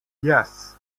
yes